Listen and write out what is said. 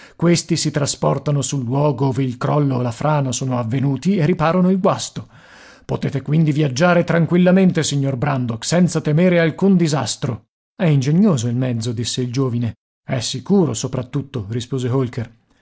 questi si trasportano sul luogo ove il crollo o la frana sono avvenuti e riparano il guasto potete quindi viaggiare tranquillamente signor brandok senza temere alcun disastro è ingegnoso il mezzo disse il giovine e sicuro soprattutto rispose holker